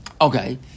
okay